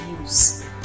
use